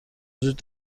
وجود